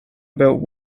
about